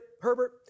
Herbert